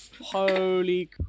Holy